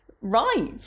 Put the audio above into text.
right